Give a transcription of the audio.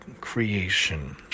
creation